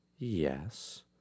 Yes